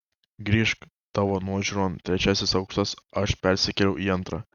grįžk tavo nuožiūron trečiasis aukštas aš persikėliau į antrą